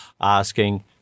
asking